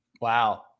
Wow